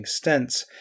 stents